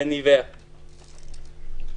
גן לעיוורים,